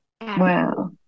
Wow